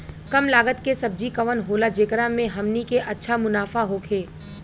कम लागत के सब्जी कवन होला जेकरा में हमनी के अच्छा मुनाफा होखे?